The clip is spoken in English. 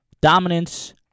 Dominance